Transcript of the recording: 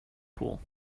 pool